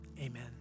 amen